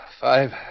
five